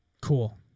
Cool